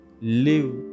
Live